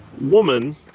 woman